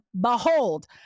behold